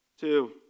Two